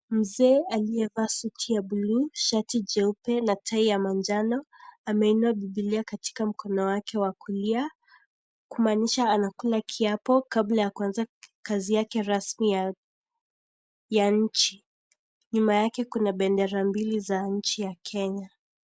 Mzee aliyevaa suti ya blue , shati jeupe na tai ya manjano. Ameinua Bibilia katika mkono wake wa kulia, kumaanisha anakula kiapo kabla ya kuanza kazi yake rasmi ya nchi. Nyuma yake kuna bendera mbili za nchini ya Kenya.